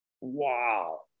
Wow